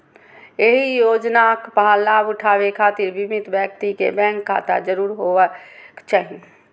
एहि योजनाक लाभ उठाबै खातिर बीमित व्यक्ति कें बैंक खाता जरूर होयबाक चाही